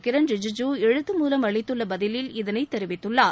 கிரண் ரிஜிஜு எழுத்து மூலம் அளித்துள்ள பதிலில் இதனை தெரிவித்துள்ளார்